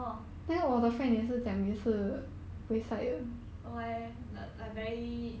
oh that one ah oh ya